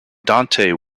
dante